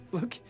Look